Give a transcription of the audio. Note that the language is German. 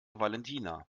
valentina